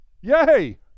Yay